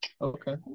Okay